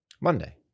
Monday